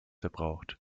verbraucht